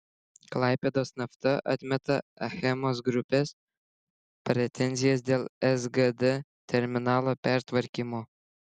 klaipėdos nafta atmeta achemos grupės pretenzijas dėl sgd terminalo pertvarkymo